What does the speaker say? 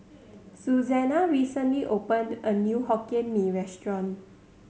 Suzanna recently opened a new Hokkien Mee restaurant